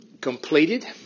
completed